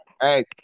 Hey